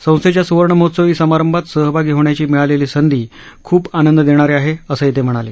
संस्थेच्या सुवर्णमहोत्सवी समारंभात सहभागी होण्याची मिळालेली संधी खूप आनंद देणारी आहे असंही ते म्हणाले